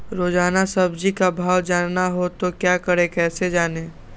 रोजाना सब्जी का भाव जानना हो तो क्या करें कैसे जाने?